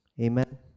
Amen